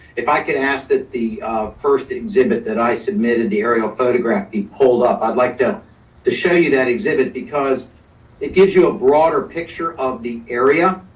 if i could ask that the first exhibit that i submitted, the aerial photograph be pulled up, i'd like to show you that exhibit because it gives you a broader picture of the area.